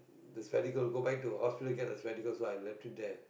the spectacle go back to hospital to get the spectacle so I left it there